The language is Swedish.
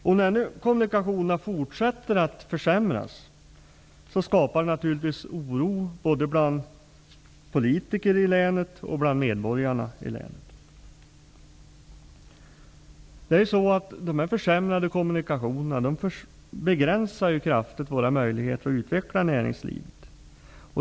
När nu kommunikationerna fortsätter att försämras skapas naturligtvis oro bland både politiker och medborgare i länet. Dessa försämrade kommunikationer begränsar kraftigt våra möjligheter att utveckla näringslivet.